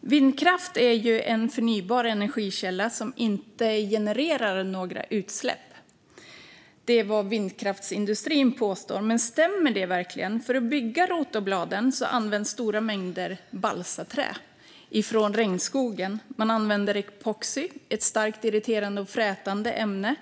Vindkraft är en förnybar energikälla som inte genererar några utsläpp. Det är vad vindkraftsindustrin påstår. Men stämmer det verkligen? När man bygger rotorbladen används stora mängder balsaträ från regnskogen. Man använder epoxi, ett starkt irriterande och frätande ämne.